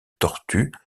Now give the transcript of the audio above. tortues